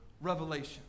revelation